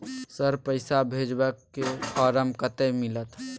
Sir, पैसा भेजबाक form कत्ते मिलत?